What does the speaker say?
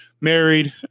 married